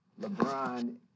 LeBron